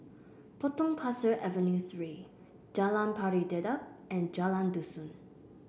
Potong Pasir Avenue Three Jalan Pari Dedap and Jalan Dusun